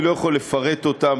אני לא יכול לפרט אותם,